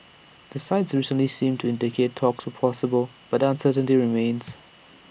the sides recently seemed to indicate talks were possible but the uncertainty remains